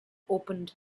opened